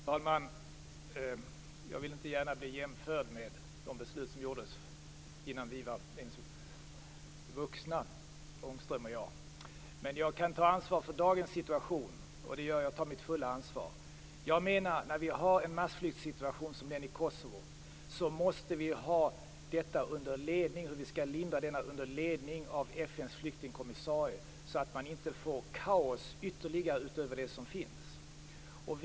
Fru talman! Jag vill inte gärna bli jämförd med beslut som togs innan Ångström och jag ens var vuxna men jag kan ta ansvar för dagens situation, och jag tar mitt fulla ansvar. När vi har en massflyktssituation som den i Kosovo måste detta vara under ledning av FN:s flyktingskommissarie för att inte få mer kaos än som redan är.